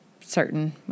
certain